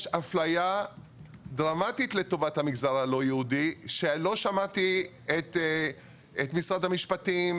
יש הפליה דרמטית לטובת המגזר הלא יהודי שלא שמעתי את משרד המשפטים,